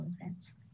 events